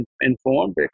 informed